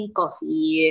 coffee